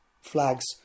flags